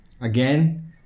again